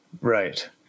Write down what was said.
Right